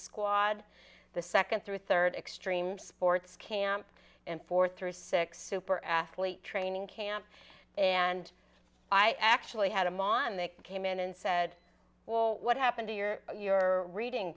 squad the second through third extreme sports camp and for three six super athlete training camp and i actually had them on they came in and said well what happened to your your reading